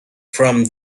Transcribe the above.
from